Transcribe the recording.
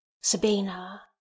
sabina